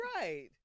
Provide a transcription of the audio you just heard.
Right